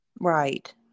Right